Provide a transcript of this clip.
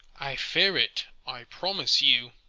i fear it, i promise you.